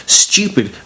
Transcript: stupid